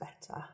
better